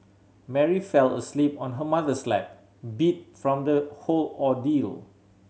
Mary fell asleep on her mother's lap beat from the whole ordeal